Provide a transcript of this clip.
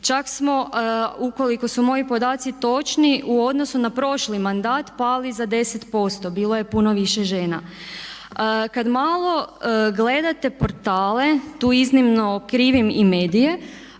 Čak smo ukoliko su moji podaci točni u odnosu na prošli mandat pali za 10%. Bilo je puno više žena. Kad malo gledate portale tu izravno krivim i medije